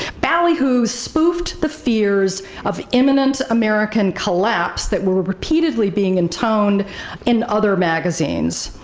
ballyhoo spoofed the fears of immanent american collapse that were were repeatedly being intoned in other magazines.